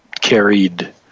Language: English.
carried